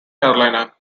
carolina